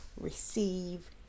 receive